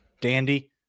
Dandy